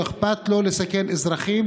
לא אכפת לו לסכן אזרחים,